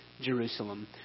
Jerusalem